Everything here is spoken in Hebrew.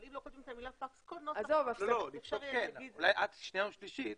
אבל אם לא כותבים את המילה פקס --- אולי עד קריאה שנייה ושלישית.